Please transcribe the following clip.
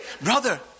brother